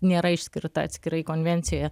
nėra išskirta atskirai konvencijoje